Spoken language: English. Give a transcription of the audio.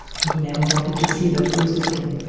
he never wanted to see that ghost again.